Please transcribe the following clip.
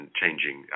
changing